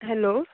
hello